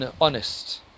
honest